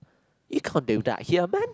you conduct that here man